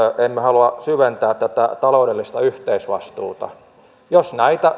emme halua syventää tätä taloudellista yhteisvastuuta jos